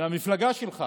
מהמפלגה שלך